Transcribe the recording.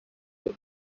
your